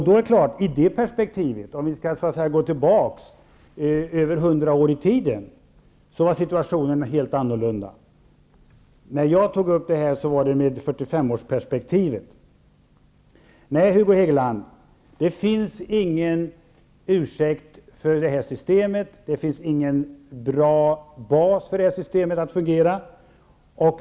Det är klart att situationen var helt annorlunda då, om vi skall gå tillbaka över 100 år i tiden och se det i det perspektivet. Jag tog upp det perspektiv som Hugo Hegeland nämnde, nämligen hur det var för 45 år sedan. Nej, Hugo Hegeland, det finns ingen ursäkt för detta system. Det finns ingen bra bas för detta system att fungera.